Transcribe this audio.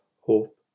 hope